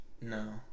No